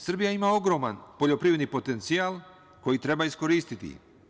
Srbija ima ogroman poljoprivredni potencijal koji treba iskoristiti.